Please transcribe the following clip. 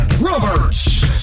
Roberts